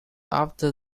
after